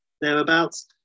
thereabouts